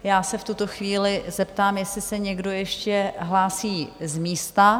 Já se v tuto chvíli zeptám, jestli se někdo ještě hlásí z místa.